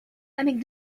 avec